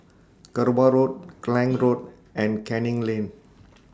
Kerbau Road Klang Road and Canning Lane